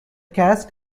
cast